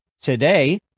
today